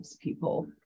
people